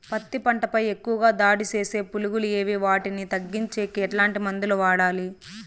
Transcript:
పత్తి పంట పై ఎక్కువగా దాడి సేసే పులుగులు ఏవి వాటిని తగ్గించేకి ఎట్లాంటి మందులు వాడాలి?